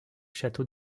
château